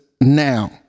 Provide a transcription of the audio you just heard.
now